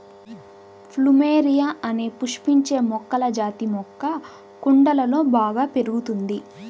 plumeria అనే పుష్పించే మొక్కల జాతి మొక్క కుండలలో బాగా పెరుగుతుంది